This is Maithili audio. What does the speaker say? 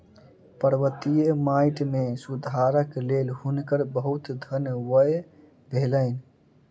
पर्वतीय माइट मे सुधारक लेल हुनकर बहुत धन व्यय भेलैन